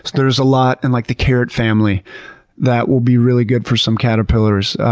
there's a lot in like the carrot family that will be really good for some caterpillars.